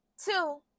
Two